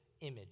image